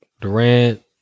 Durant